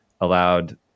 allowed